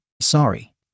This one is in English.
Sorry